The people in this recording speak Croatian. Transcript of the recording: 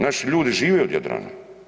Naši ljudi žive od Jadrana.